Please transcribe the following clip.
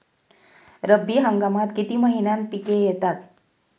रब्बी हंगामात किती महिन्यांत पिके येतात?